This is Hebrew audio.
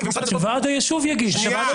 ומשרד הדתות --- אז שוועד היישוב יגיש.